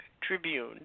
Tribune